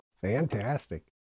Fantastic